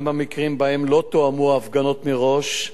גם במקרים שבהם לא תואמו הפגנות מראש,